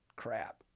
Crap